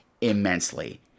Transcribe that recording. immensely